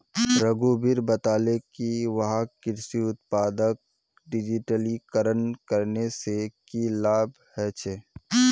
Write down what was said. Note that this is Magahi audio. रघुवीर बताले कि वहाक कृषि उत्पादक डिजिटलीकरण करने से की लाभ ह छे